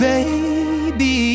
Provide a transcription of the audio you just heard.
Baby